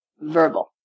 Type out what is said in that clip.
verbal